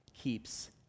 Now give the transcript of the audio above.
keeps